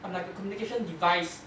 I'm like a communication device